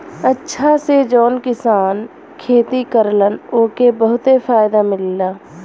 अचछा से जौन किसान खेती करलन ओके बहुते फायदा मिलला